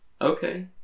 Okay